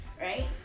right